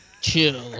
Chill